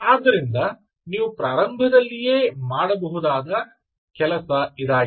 ಆದ್ದರಿಂದ ನೀವು ಪ್ರಾರಂಭದಲ್ಲಿಯೇ ಮಾಡಬಹುದಾದ ಕೆಲಸ ಇದು